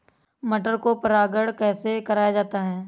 मटर को परागण कैसे कराया जाता है?